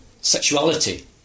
sexuality